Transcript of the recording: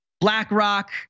BlackRock